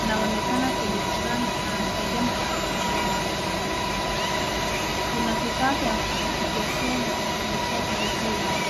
anaonekana mwenye furaha na anamsaidia mtoto kusoma. Kuna vifaa vya kuchezea na kujifunzia karibu yao.